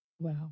wow